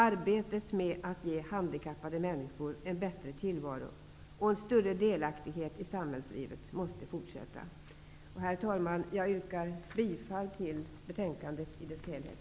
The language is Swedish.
Arbetet med att ge handikappade människor en bättre tillvaro och en större delaktighet i samhällslivet måste fortsätta. Herr talman! Jag yrkar bifall till hemställan i betänkandet i dess helhet.